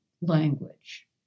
Language